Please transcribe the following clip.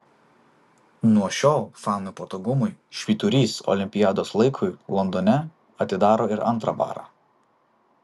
nuo šiol fanų patogumui švyturys olimpiados laikui londone atidaro ir antrą barą